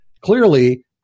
clearly